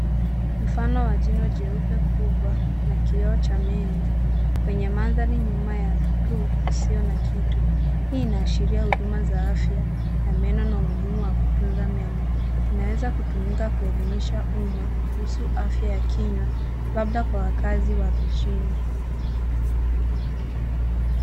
Mfano wa jino jeupe kubwa na kioo cha meno, kwenye mandhari nyuma ya blue , isiyo na kitu. Hii inaashiria huduma za afya ya meno, na umuhimu wa kutunza meno. Inaweza kutumika kuelimisha uma kuhusu afya ya kinywa, labda kwa wakaazi wa vijini.